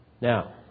Now